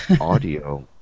audio